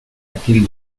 aquel